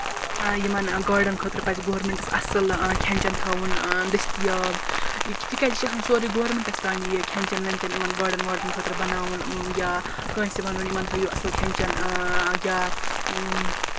یِمن گاڈین خٲطرٕ پَزِ گورمینٹَس اَصٕل کھیٚن چیٚن تھاوُن دٔستِیاب تِکیٛازِ یہِ چھُ آسان سورُے گورمینٹَس تانی یہِ کھیٚن چیٚن یِمن گاڈین واڈین خٲطرٕ بَناوُن یا کانٛسہِ وَنُن یِمن تھٲوِو اَصٕل کھیٚن چیٚن یا